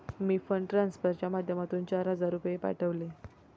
मी fund ट्रान्सफरच्या माध्यमातून चार हजार रुपये पाठवले